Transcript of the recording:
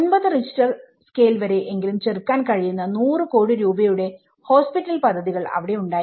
9 Richter സ്കേൽവരേ എങ്കിലും ചെറുക്കാൻ കഴിയുന്ന 100 കോടി രൂപയുടെ ഹോസ്പിറ്റൽ പദ്ധതികൾ അവിടെ ഉണ്ടായിരുന്നു